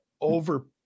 over